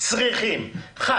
צריכים 1,